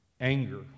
anger